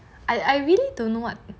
I I really don't know what